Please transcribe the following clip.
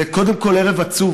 זה קודם כול ערב עצוב.